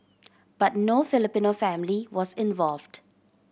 but no Filipino family was involved